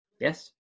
Yes